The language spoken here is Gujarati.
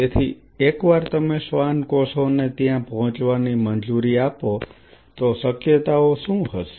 તેથી એકવાર તમે શ્વાન કોષોને ત્યાં પહોંચવાની મંજૂરી આપો તો શક્યતાઓ શું હશે